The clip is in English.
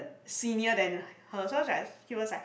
senior than her so I was like she was like